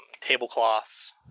tablecloths